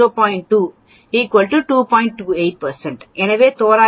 எனவே தோராயமாக 2